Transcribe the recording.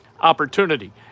opportunity